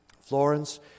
Florence